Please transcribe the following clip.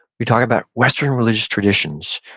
we talk about western religious traditions.